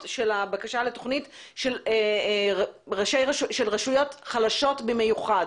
של הבקשה לתוכנית של רשויות חלשות במיוחד.